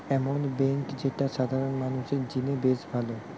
এমন বেঙ্ক যেটা সাধারণ মানুষদের জিনে বেশ ভালো